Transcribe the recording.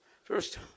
First